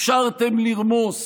אפשרתם לרמוס